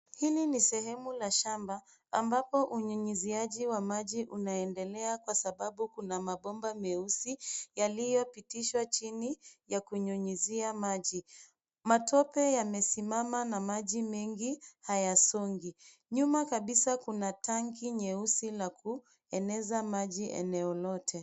Hili ni sehemu la shamba ambapo unyunyuzia wa maji unaendelea kwasababu kuna mabomba meusi yaliyopitishwa chini ya kunyunyuzia maji. Matope yamesimama na maji mengi hayasongi. Nyuma kabisa, kuna tangi nyeusi la kueneza maji eneo lote.